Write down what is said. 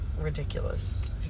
ridiculous